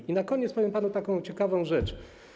I na koniec powiem panu taką ciekawą rzecz.